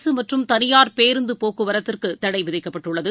அரசுமற்றும் தனியார் பேருந்துபோக்குவரத்துக்குதடைவிதிக்கப்பட்டுள்ளது